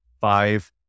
five